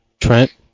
Trent